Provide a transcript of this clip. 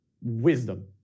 wisdom